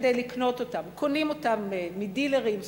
כדי לקנות אותם קונים אותם מדילרים,